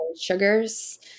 sugars